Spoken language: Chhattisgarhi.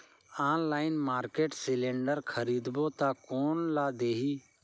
ऑनलाइन मार्केट सिलेंडर खरीदबो ता कोन ला देही?